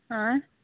आइ